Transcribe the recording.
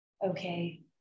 okay